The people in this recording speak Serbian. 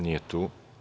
Nije tu.